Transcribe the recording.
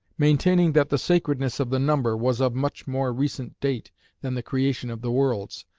maintaining that the sacredness of the number was of much more recent date than the creation of the worlds,